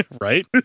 Right